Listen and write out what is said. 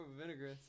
vinegar